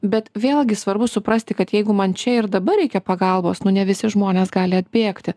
bet vėlgi svarbu suprasti kad jeigu man čia ir dabar reikia pagalbos nu ne visi žmonės gali atbėgti